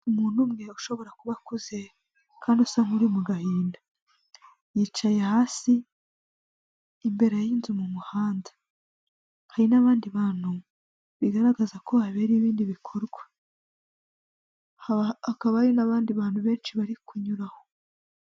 Umuntu umwe ushobora kuba akuze kandi usa nk'uri mu gahinda, yicaye hasi imbere y'inzu mu muhanda, hari n'abandi bantu bigaragaza ko habereye ibindi bikorwa n'abandi bantu benshi bari kunyura aho.